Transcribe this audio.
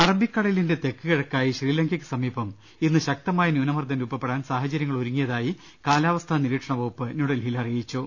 അറബിക്ക്ടലിന്റെ തെക്ക് കിഴക്കായി ശ്രീലങ്കക്ക് സമീപം ഇന്ന് ശക്തമായി ന്യൂനമർദ്ദം രൂപപ്പെടാൻ സാഹചര്യങ്ങൾ ഒരുങ്ങിയ തായി കാലാവസ്ഥാ നിരീക്ഷണ വകുപ്പ് ന്യൂഡൽഹിയിൽ അറി യിച്ചു